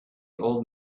old